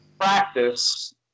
practice